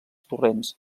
torrents